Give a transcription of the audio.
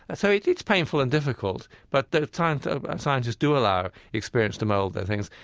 ah so yeah it's painful and difficult. but there are times scientists do allow experience to mold their thinking.